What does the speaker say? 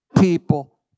people